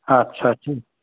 আচ্ছা